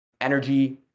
Energy